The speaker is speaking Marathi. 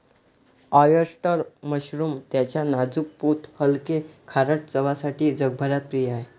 ऑयस्टर मशरूम त्याच्या नाजूक पोत हलके, खारट चवसाठी जगभरात प्रिय आहे